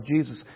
Jesus